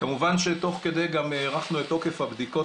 כמובן שתוך כדי הארכנו את תוקף הבדיקות